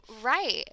Right